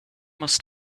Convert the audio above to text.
must